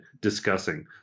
discussing